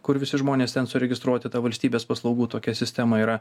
kur visi žmonės ten suregistruoti ta valstybės paslaugų tokia sistema yra